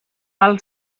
cal